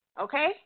okay